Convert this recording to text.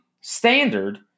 standard